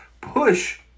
push